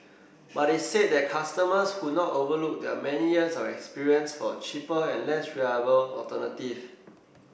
but they said that customers would not overlook their many years of experience for a cheaper and less reliable alternative